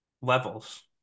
levels